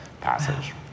passage